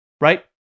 right